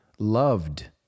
loved